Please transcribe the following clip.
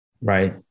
right